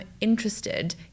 interested